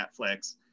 Netflix